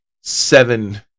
seven